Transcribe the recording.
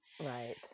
right